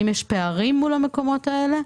האם יש פערים מול המקומות האלה?